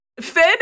Finn